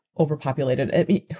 Overpopulated